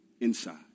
inside